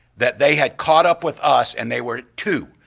that they had caught up with us and they were two,